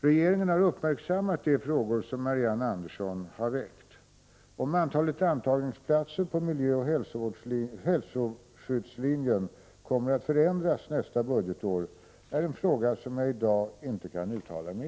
Regeringen har uppmärksammat de frågor som Marianne Andersson har Prot. 1988/89:36 väckt. Om antalet antagningsplatser på miljöoch hälsoskyddslinjen kom 1 december 1988 = meratt förändras nästa budgetår är en fråga som jag i dag inte kan uttala mig